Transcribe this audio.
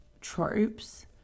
tropes